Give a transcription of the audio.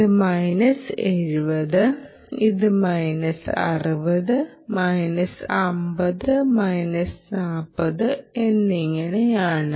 ഇത് മൈനസ് 70 ഇത് minus 60 minus 50 minus 40 എന്നിങ്ങനെയാണ്